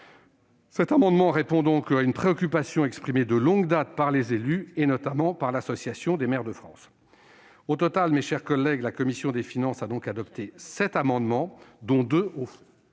Cet amendement répond donc à une préoccupation exprimée de longue date par les élus, notamment par l'Association des maires de France. Au total, mes chers collègues, la commission des finances a donc adopté sept amendements, dont deux de fond.